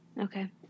Okay